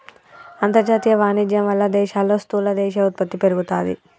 అంతర్జాతీయ వాణిజ్యం వాళ్ళ దేశాల్లో స్థూల దేశీయ ఉత్పత్తి పెరుగుతాది